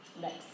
Next